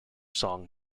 song